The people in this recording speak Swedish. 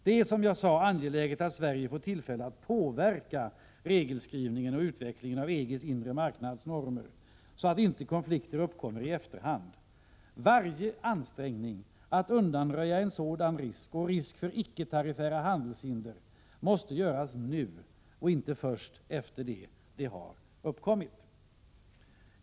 Det är alltså angeläget att Sverige får tillfälle att påverka regelskrivningen och utvecklingen av EG:s inre marknadsnormer, så att inte konflikter uppkommer i efterhand. Varje ansträngning att undanröja en sådan risk och risken för icke-tariffära handelshinder måste göras nu och inte först efter det att de har uppkommit.